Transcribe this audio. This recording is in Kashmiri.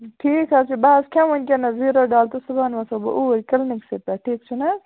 ٹھیٖک حظ چھُ بہٕ حظ کھٮ۪مہٕ وُنکٮ۪نَس زیٖرو ڈَال تہٕ صُبحن وَسہو بہٕ اوٗرۍ کِلنِکسٕے پٮ۪ٹھ ٹھیٖک چھُنہٕ حظ